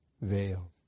veil